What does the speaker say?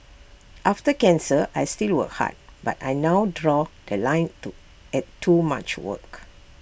after cancer I still work hard but I now draw The Line too at too much work